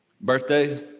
Birthday